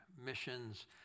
missions